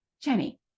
jenny